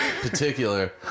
particular